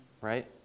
right